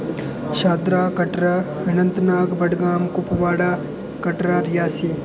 Shahdara Katra Anantnag Budgam Kupwara Katra Reasi